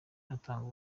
atanga